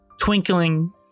twinkling